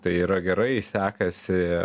tai yra gerai sekasi